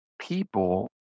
people